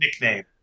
nickname